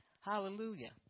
Hallelujah